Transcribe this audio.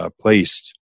placed